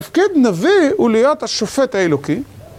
מפקד נביא הוא ליד השופט האלוקי